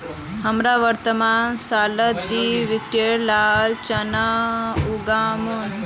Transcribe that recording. हमरा वर्तमान सालत दी क्विंटल लाल चना उगामु